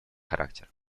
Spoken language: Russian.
характер